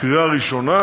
קריאה ראשונה,